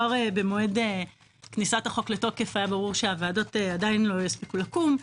במועד כניסת החוק לתוקף היה ברור שהוועדות עדיין לא יספיקו לדון,